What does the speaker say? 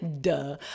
Duh